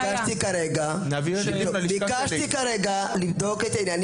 אני ביקשתי כרגע לבדוק את העניין.